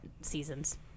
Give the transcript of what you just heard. seasons